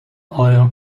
oil